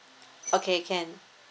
okay can